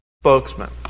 spokesman